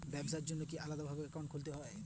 ব্যাবসার জন্য কি আলাদা ভাবে অ্যাকাউন্ট খুলতে হবে?